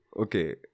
okay